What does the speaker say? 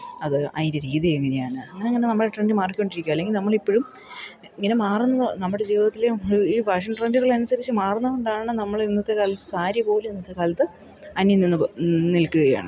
അത് അതിൻ്റെ രീതി എങ്ങനെയാണ് അങ്ങനെയങ്ങനെ നമ്മുടെ ട്രെൻ്റ് മാറിക്കൊണ്ടിരിക്കുകയാണ് അല്ലെങ്കിൽ നമ്മളിപ്പോഴും ഇങ്ങനെ മാറുന്ന നമ്മുടെ ജീവിതത്തിലേയും ഈ ഫാഷൻ ട്രെൻഡുകൾ അനുസരിച്ച് മാറുന്നതുകൊണ്ടാണ് നമ്മൾ ഇന്നത്തെക്കാലത്ത് സാരി പോലും ഇന്നത്തെക്കാലത്ത് അന്യം നിന്ന് നിൽക്കുകയാണ്